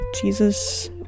Jesus